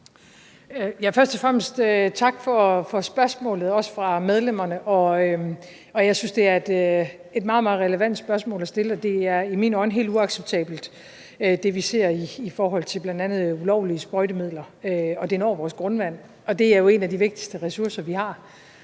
Først og fremmest tak for spørgsmålet, også til medlemmerne, og jeg synes, det er et meget, meget relevant spørgsmål at stille. Det er i mine øjne helt uacceptabelt, hvad vi ser i forhold til bl.a. ulovlige sprøjtemidler, som når vores grundvand. Det er jo en af de vigtigste ressourcer, vi har